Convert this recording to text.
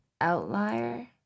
Outlier